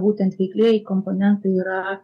būtent veiklieji komponentai yra